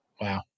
Wow